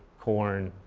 corn,